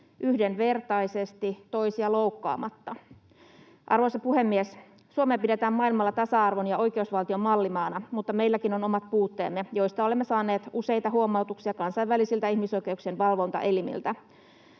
yhdenvertaisesti toisia loukkaamatta. Arvoisa puhemies! Suomea pidetään maailmalla tasa-arvon ja oikeusvaltion mallimaana, mutta meilläkin on omat puutteemme, joista olemme saaneet useita huomautuksia kansainvälisiltä ihmisoikeuksien valvontaelimiltä.